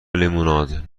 لیموناد